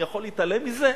אני יכול להתעלם מזה?